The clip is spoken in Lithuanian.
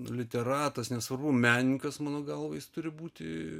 literatas nesvarbu menininkas mano galva jis turi būti